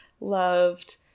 loved